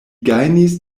gajnis